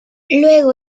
luego